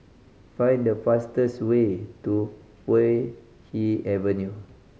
find the fastest way to Puay Hee Avenue